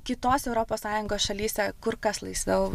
kitose europos sąjungos šalyse kur kas laisviau